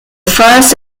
first